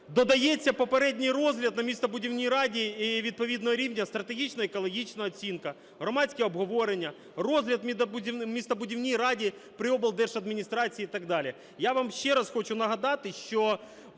Додається попередній розгляд на містобудівній раді і відповідного рівня стратегічна екологічна оцінка, громадські обговорення, розгляд в містобудівній раді при облдержадміністрації і так далі.